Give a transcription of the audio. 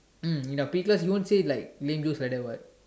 mm in our P_E class he won't say like lame jokes like that [what]